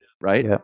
Right